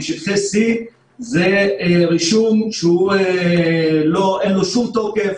בשטחי C זה רישום שאין לו שום תוקף,